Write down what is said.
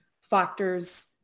factors